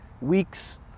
weeks